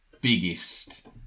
biggest